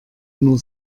nur